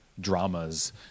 Dramas